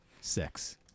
sex